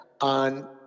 on